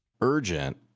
urgent